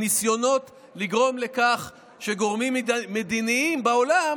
הניסיונות לגרום לכך שגורמים מדיניים בעולם